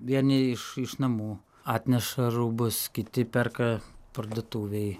vieni iš iš namų atneša rūbus kiti perka parduotuvėj